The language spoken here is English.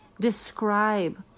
describe